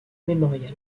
mémorial